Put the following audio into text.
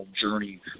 journey